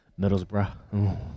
Middlesbrough